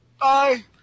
Bye